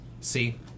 See